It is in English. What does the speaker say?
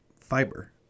fiber